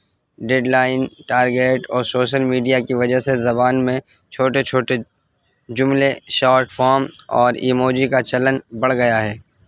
dead line target اور social media کی وجہ سے زبان میں چھوٹے چھوٹے جملے شارٹ فام اور ایموجی کا چلن بڑھ گیا ہے